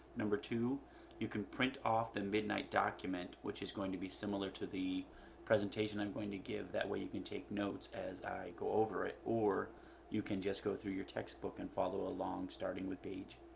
number two you can print off the midnight document, which is going to be similar to the presentation i'm going to give that we can take notes as i go over it, or you can just go through your textbook and follow along starting with page